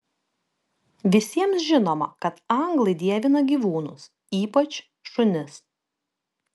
visiems žinoma kad anglai dievina gyvūnus ypač šunis